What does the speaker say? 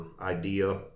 idea